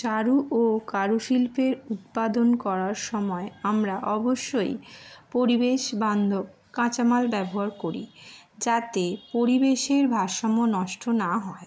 চারু ও কারু শিল্পের উৎপাদন করার সময় আমরা অবশ্যই পরিবেশ বান্ধব কাঁচামাল ব্যবহার করি যাতে পরিবেশের ভারসাম্য নষ্ট না হয়